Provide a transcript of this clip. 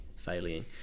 failing